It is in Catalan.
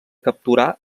capturar